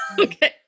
okay